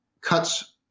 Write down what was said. cuts